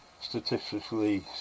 Statistically